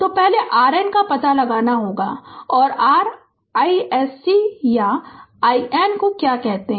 तो पहले RN का पता लगाना होगा और r iSC या IN को क्या कहते हैं